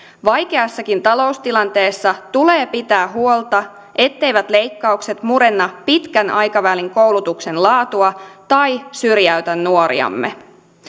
vaikeassakin taloustilanteessa tulee pitää huolta etteivät leikkaukset murenna pitkän aikavälin koulutuksen laatua tai syrjäytä nuoriamme